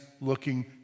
looking